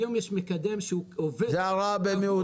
היום יש מקדם שהוא עובד --- זה הרע במיעוטו,